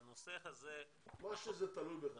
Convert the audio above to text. בנושא הזה --- מה שזה תלוי בך.